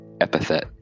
epithet